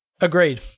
Agreed